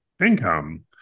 income